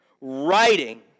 writing